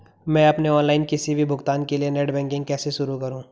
मैं अपने ऑनलाइन किसी भी भुगतान के लिए नेट बैंकिंग कैसे शुरु करूँ?